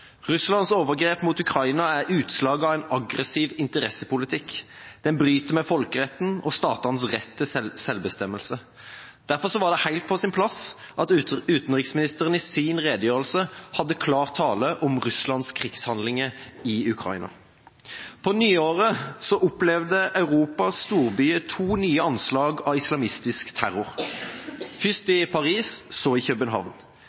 Russlands overgrep mot Ukraina er utslag av en aggressiv interessepolitikk. Den bryter med folkeretten og statenes rett til selvbestemmelse. Derfor var det helt på sin plass at utenriksministeren i sin redegjørelse var klar i sin tale om Russlands krigshandlinger i Ukraina. På nyåret opplevde Europas storbyer to nye anslag av islamistisk terror – først i Paris, så i København.